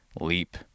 leap